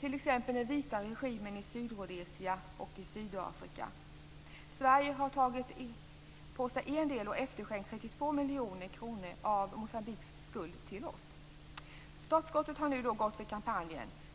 Det gäller t.ex. de vita regimerna i Sydrhodesia och Sydafrika. Vi i Sverige har tagit på oss en del, och efterskänkt 32 miljoner kronor av Moçambiques skuld till oss. Startskottet har nu gått för kampanjen.